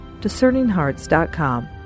DiscerningHearts.com